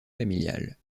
familiales